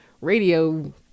radio